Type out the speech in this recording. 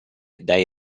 dai